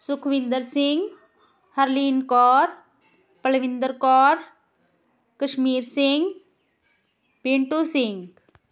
Sukhwinder Singh Harleen Kaur Palwinder Kaur Kashmir Singh Pintu Singh